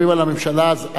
אז "האם אנחנו מוחקים",